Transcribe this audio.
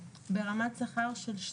עדיף שתגדיר disregard בגובה שכר מינימום.